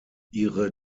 ihre